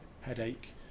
headache